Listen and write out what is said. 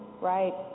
right